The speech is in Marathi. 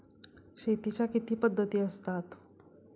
शेतीच्या किती पद्धती असतात?